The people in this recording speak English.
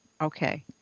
Okay